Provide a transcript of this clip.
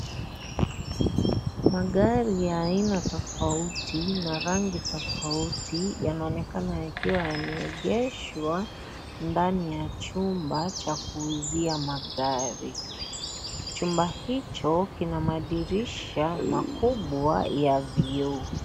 Magari ya aina tofauti na rangi tofauti, yanaoonekana yakiwa yameegeshwa ndani ya chumba cha cha kuuzia magari chumba hicho kina madirisha makubwa ya vioo.